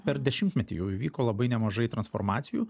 per dešimtmetį jau įvyko labai nemažai transformacijų